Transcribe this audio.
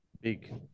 Big